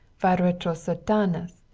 vade retro satanas,